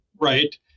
right